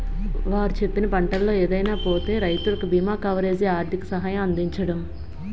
వారు చెప్పిన పంటల్లో ఏదైనా పోతే రైతులకు బీమా కవరేజీ, ఆర్థిక సహాయం అందించడం